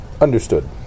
Understood